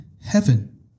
heaven